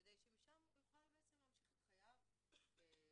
כדי שמשם הוא יוכל להמשיך את חייו כמתבגר,